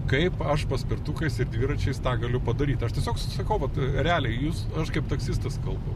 kaip aš paspirtukais ir dviračiais tą galiu padaryt aš tiesiog susakau vat realiai jūs aš kaip taksistas kalbu